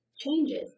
changes